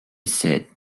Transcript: seat